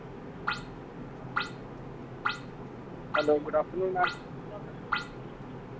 hello good afternoon ma'am